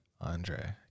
Andre